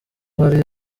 hari